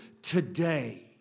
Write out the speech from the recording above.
Today